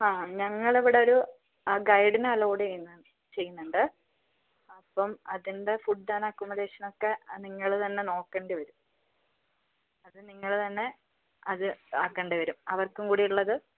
അ ഞങ്ങൾ ഇവിടെ ഒരു ഗൈഡിനെ അലോട് ചെയ്യുന്നുണ്ട് അപ്പം അതിൻ്റെ ഫുഡ് ആൻഡ് അക്കൊമൊഡേഷൻ ഒക്കെ നിങ്ങൾ തന്നെ നോക്കേണ്ടി വരും അത് നിങ്ങൾ തന്നെ അത് ആക്കേണ്ടി വരും അവർക്കും കൂടിയുള്ളത്